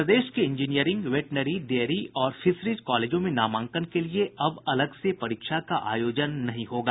प्रदेश के engineering veterinary dairy और fisheries कॉलेजों में नामांकन के लिए अब अलग से परीक्षा का आयोजन नहीं होगा